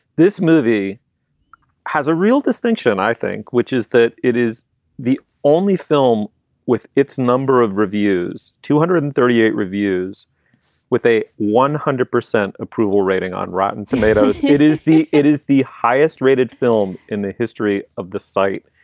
this movie has a real distinction, i think, which is that it is the only film with its number of reviews and two hundred and thirty eight reviews with a one hundred percent approval rating on rotten tomatoes. it is the it is the highest rated film in the history of the site.